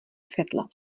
světlo